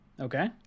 Okay